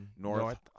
North